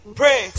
pray